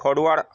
forward